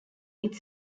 its